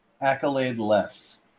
Accolade-less